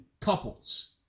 couples